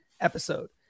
episode